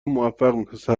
موفق